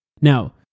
Now